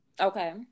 Okay